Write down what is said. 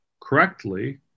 correctly